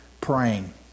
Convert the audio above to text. praying